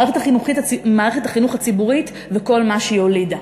מערכת החינוך הציבורית וכל מה שהיא הולידה.